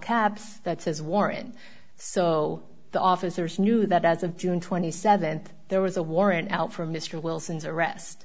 caps that says warrant so the officers knew that as of june th there was a warrant out for mr wilson's arrest